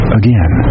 again